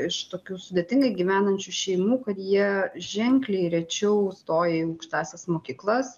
iš tokių sudėtingai gyvenančių šeimų kad jie ženkliai rečiau stoja į aukštąsias mokyklas